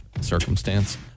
circumstance